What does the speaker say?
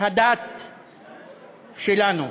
הדת שלנו.